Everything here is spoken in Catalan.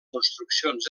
construccions